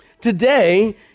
today